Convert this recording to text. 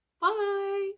Bye